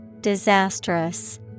Disastrous